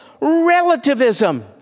relativism